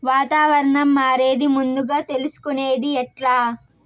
వాతావరణం మారేది ముందుగా తెలుసుకొనేది ఎట్లా?